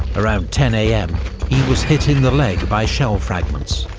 around ten am he was hit in the leg by shell fragments.